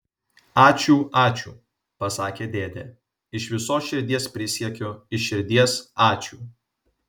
ačiū ačiū pasakė dėdė iš visos širdies prisiekiu iš širdies ačiū